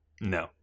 No